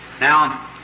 Now